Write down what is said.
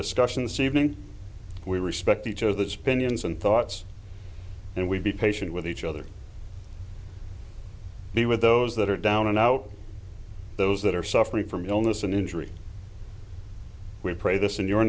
discussions evening we respect each other's opinions and thoughts and we be patient with each other be with those that are down and out those that are suffering from illness and injury we pr